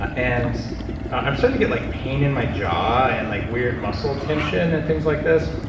ah and i'm starting to get like pain in my jaw and like weird muscle tension and things like this.